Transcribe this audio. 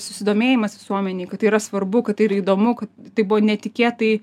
susidomėjimas visuomenėj kad tai yra svarbu kad tai yra įdomu kad tai buvo netikėtai